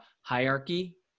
hierarchy